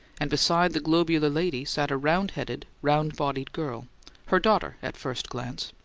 and beside the globular lady sat a round-headed, round-bodied girl her daughter, at first glance.